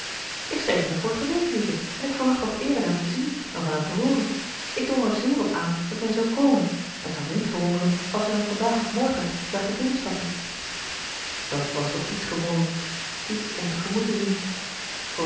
ik schreef hem de vorige week lieve en ik verwacht nog eerder hem te zien dan van hem te hooren ik drong er zeer op aan dat hij zou komen en t zou mij niet verwonderen als we hem vandaag of morgen zagen binnenstappen dat was toch iets gewonnen iets om tegemoet te zien